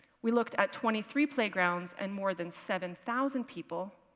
we looked at twenty three playgrounds and more than seven thousand people,